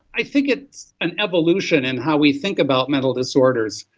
i think it's an evolution in how we think about mental disorders.